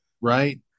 Right